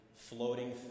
floating